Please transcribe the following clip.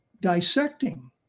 dissecting